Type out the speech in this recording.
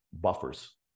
buffers